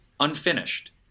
unfinished